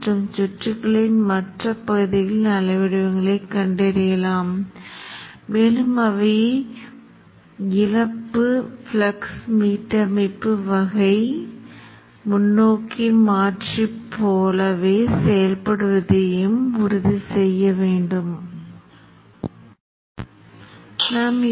ஒரு சில சுழற்சிகளில் சுற்றுகளின் பல்வேறு பகுதிகளில் நீங்கள் உண்மையில் பார்க்க விரும்பும் அலை வடிவங்கள் மற்றும் அலை வடிவங்களை விரைவாகப் பெறுவதை நீங்கள் பார்க்கலாம்